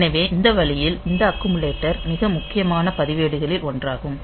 எனவே இந்த வழியில் இந்த அக்குமுலேட்டர் மிக முக்கியமான பதிவேடுகளில் ஒன்றாகும்